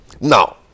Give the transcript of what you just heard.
now